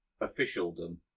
Officialdom